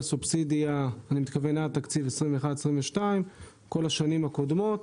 עד תקציב 2022-2021 כל השנים הקודמות